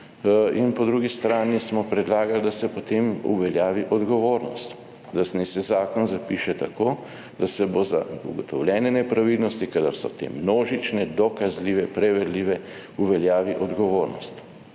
In po drugi strani smo predlagali, da se potem uveljavi odgovornost, da naj se zakon zapiše tako, da se bo za ugotovljene nepravilnosti, kadar so te množične, dokazljive, preverljive, uveljavi odgovornost.